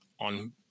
on